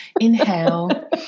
inhale